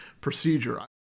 procedure